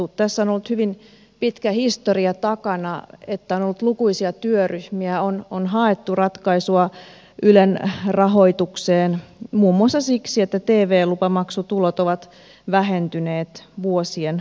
tässä on ollut hyvin pitkä historia takana että on ollut lukuisia työryhmiä on haettu ratkaisua ylen rahoitukseen muun muassa siksi että tv lupamaksutulot ovat vähentyneet vuosien aikana